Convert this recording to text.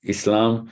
Islam